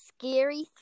scary